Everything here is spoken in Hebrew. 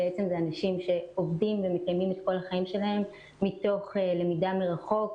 אלה אנשים שעובדים ומקיים את כל החיים שלהם מתוך למידה מרחוק.